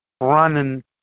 running